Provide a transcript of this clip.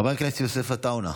חבר הכנסת יוסף עטאונה,